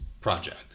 project